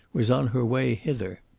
was on her way hither.